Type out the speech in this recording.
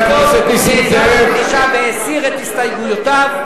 ששר התשתיות נעתר בפגישה והסיר את הסתייגויותיו.